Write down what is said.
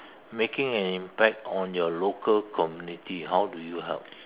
making an impact on your local community how do you help